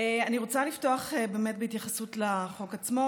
רוצה לפתוח בהתייחסות לחוק עצמו